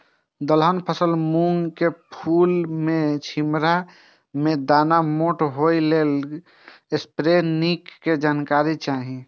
दलहन फसल मूँग के फुल में छिमरा में दाना के मोटा होय लेल स्प्रै निक के जानकारी चाही?